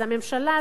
הממשלה,